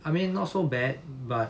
I mean not so bad but